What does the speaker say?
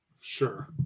Sure